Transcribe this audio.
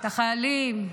את החיילים,